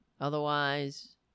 Otherwise